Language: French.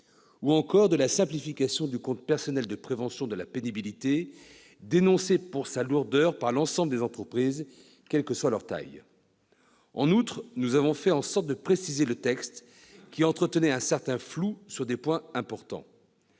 ou encore de la simplification du compte personnel de prévention de la pénibilité, dénoncé pour sa lourdeur par l'ensemble des entreprises, quelle que soit leur taille. En outre, nous avons fait en sorte de préciser le texte, qui entretenait un certain flou sur des points importants.